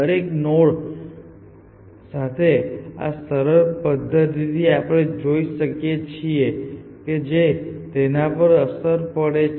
દરેક નોડ સાથે આ સરળ પદ્ધતિથી આપણે જોઈ શકીએ છીએ કે તેની તેના પર અસર પડે છે